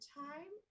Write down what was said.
time